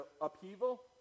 upheaval